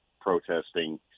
protesting